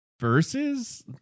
Versus